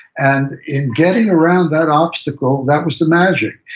and in getting around that obstacle, that was the magic.